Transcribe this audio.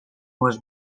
was